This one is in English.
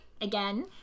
again